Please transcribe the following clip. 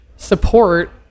support